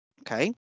Okay